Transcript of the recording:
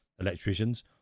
electricians